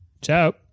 Ciao